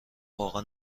واقعا